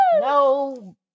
no